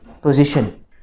position